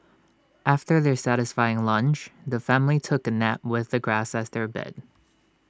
after their satisfying lunch the family took A nap with the grass as their bed